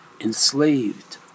enslaved